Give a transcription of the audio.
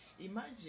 Imagine